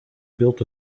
built